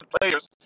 players